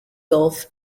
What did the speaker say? gulf